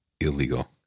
illegal